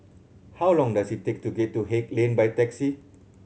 how long does it take to get to Haig Lane by taxi